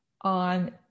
on